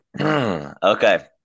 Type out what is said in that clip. Okay